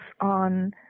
on